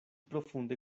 profunde